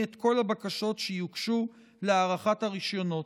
את כל הבקשות שיוגשו להארכת הרישיונות.